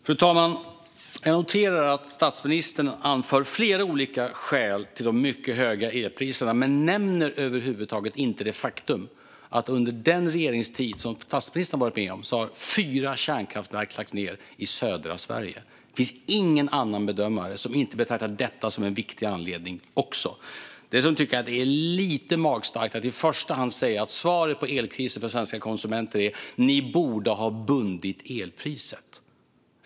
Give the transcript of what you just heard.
Fru talman! Jag noterar att statsministern anför flera olika skäl till de mycket höga elpriserna men över huvud taget inte nämner det faktum att under den regeringstid som statsministern varit med om har fyra kärnkraftverk lagts ned i södra Sverige. Det finns ingen annan bedömare som inte betraktar också detta som en viktig anledning. Jag tycker dessutom att det är lite magstarkt att i första hand säga att svaret på frågan om elkrisen för svenska konsumenter är "Ni borde ha bundit elpriset".